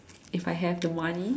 if I have the money